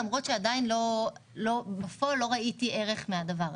למרותש עדין בפועל לא ראיתי ערך מהדבר הזה.